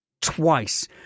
twice